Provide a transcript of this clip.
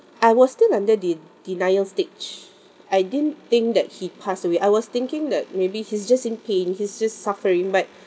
I was still under the denial stage I didn't think that he passed away I was thinking that maybe he's just in pain he's just suffering but